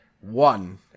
One